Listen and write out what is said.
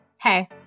Hey